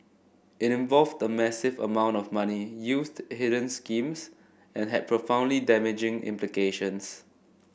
it involved the massive amount of money used hidden schemes and had profoundly damaging implications